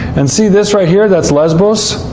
and see this right here? that's lesvos.